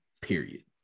period